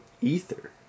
Ether